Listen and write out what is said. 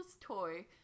toy